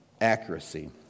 accuracy